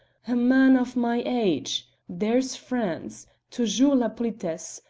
a man of my age there's france toujours la politesse,